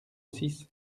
six